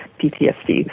PTSD